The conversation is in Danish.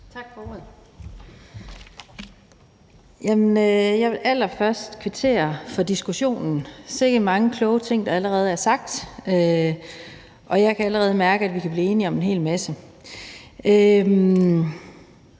Tak for ordet. Jeg vil allerførst kvittere for diskussionen. Sikke mange kloge ting, der allerede er sagt, og jeg kan allerede mærke, at vi kan blive enige om en hel masse.